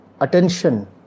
attention